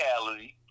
reality